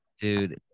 dude